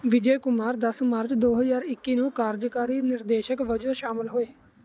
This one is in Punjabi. ਵਿਜੇਕੁਮਾਰ ਦਸ ਮਾਰਚ ਦੋ ਹਜ਼ਾਰ ਇੱਕੀ ਨੂੰ ਕਾਰਜਕਾਰੀ ਨਿਰਦੇਸ਼ਕ ਵਜੋਂ ਸ਼ਾਮਲ ਹੋਏ